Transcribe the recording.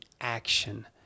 action